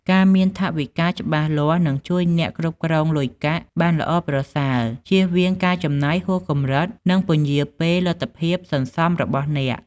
ការមានថវិកាច្បាស់លាស់នឹងជួយអ្នកគ្រប់គ្រងលុយកាក់បានល្អប្រសើរ ជៀសវាងការចំណាយហួសកម្រិត និងពន្យារពេលលទ្ធភាពសន្សំរបស់អ្នក។